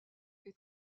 est